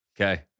Okay